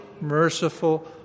merciful